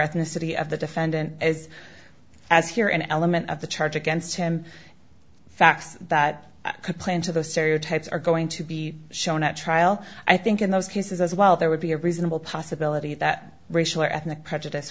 ethnicity of the defendant as as here an element of the charge against him facts that could play into those stereotypes are going to be shown at trial i think in those cases as well there would be a reasonable possibility that racial or ethnic prejudice